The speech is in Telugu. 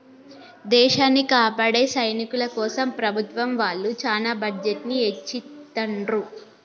దేశాన్ని కాపాడే సైనికుల కోసం ప్రభుత్వం వాళ్ళు చానా బడ్జెట్ ని ఎచ్చిత్తండ్రు